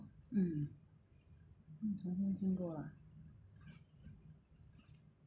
mm 要重新经过啊